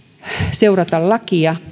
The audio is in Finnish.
seurata lakia